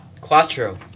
Quattro